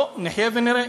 בואו, נחיה ונראה.